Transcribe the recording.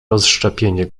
rozszczepienie